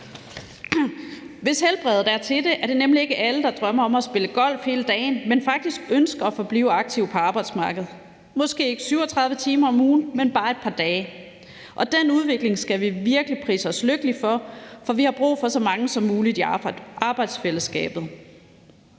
Hvis helbredet er til det, er det nemlig ikke alle, der drømmer om at spille golf hele dagen, men faktisk ønsker at forblive aktive på arbejdsmarkedet, måske ikke 37 timer om ugen, men bare et par dage, og den udvikling skal vi virkelig prise os lykkelige for, for vi har brug for så mange som muligt i arbejdsfællesskabet.